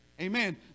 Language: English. Amen